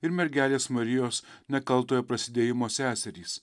ir mergelės marijos nekaltojo prasidėjimo seserys